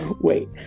wait